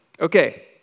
okay